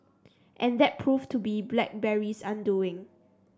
and that proved to be BlackBerry's undoing